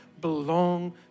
belong